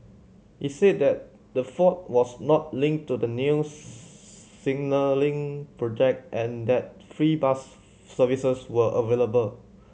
it said that the fault was not linked to the new signalling project and that free bus services were available